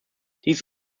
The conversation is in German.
dies